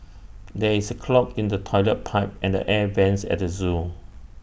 there is A clog in the Toilet Pipe and the air Vents at the Zoo